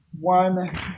one